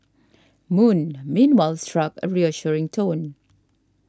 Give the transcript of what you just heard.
moon meanwhile struck a reassuring tone